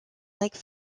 like